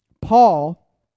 Paul